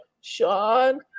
Sean